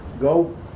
go